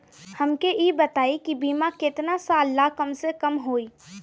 हमके ई बताई कि बीमा केतना साल ला कम से कम होई?